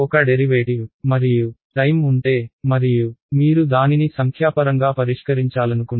ఒక డెరివేటివ్ మరియు టైమ్ ఉంటే మరియు మీరు దానిని సంఖ్యాపరంగా పరిష్కరించాలనుకుంటే